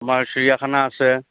আমাৰ চিৰিয়াখানা আছে